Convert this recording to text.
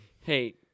Hey